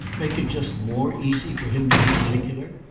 make it just more easy for him to be particular?